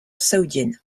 saoudienne